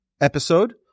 episode